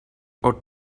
ought